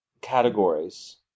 categories